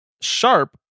sharp